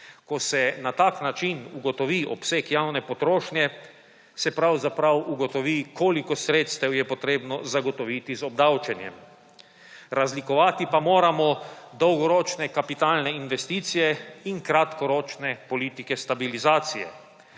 Ko se na tak način ugotovi obseg javne potrošnje, se pravzaprav ugotovi, koliko sredstev je potrebno zagotoviti z obdavčenjem. Razlikovati pa moramo dolgoročne kapitalne investicije in kratkoročne politike stabilizacije.